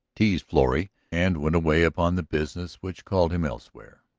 teased florrie, and went away upon the business which called him elsewhere.